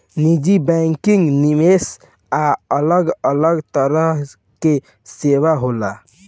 निजी बैंकिंग, निवेश आ अलग अलग तरह के सेवा होला